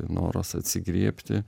noras atsigriebti